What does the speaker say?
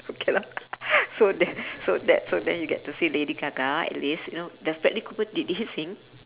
okay lah so then so that so then you get to see lady gaga at least you know does bradley cooper did he sing